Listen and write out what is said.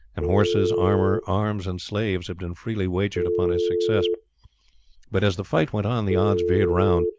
and horses, armour, arms, and slaves had been freely wagered upon his success but as the fight went on the odds veered round,